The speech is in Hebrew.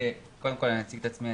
קודם כל אני אציג את עצמי,